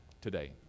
today